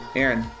Aaron